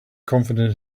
confident